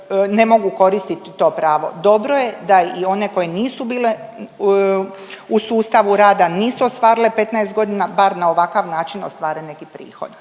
ne mogu koristiti to pravo. Dobro je da i one koje nisu bile u sustavu rada, nisu ostvarile 15 godina, bar na ovakav način ostvare neki prihod.